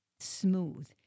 smooth